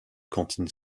cantine